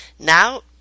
Now